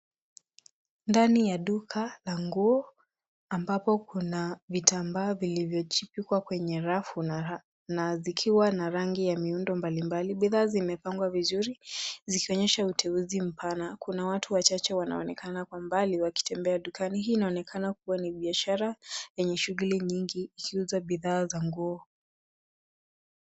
Ndani ya duka la nguo ambapo kuna vitambaa vilivyochipikwa kwenye rafu na zikiwa na rangi ya miundo mbalimbali. Bidhaa zimepangwa vizuri zikionyesha uteuzi mpana. Kuna watu wachache wanaonekana kwa mbali wakitembea dukani. Hii inaonekana kua biashara yenye shughuli nyingi ikiuza bidhaa za nguo.